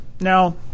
Now